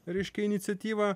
reiškia iniciatyva